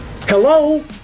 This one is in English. Hello